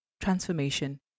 Transformation